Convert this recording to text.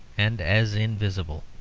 and as invisible.